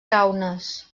kaunas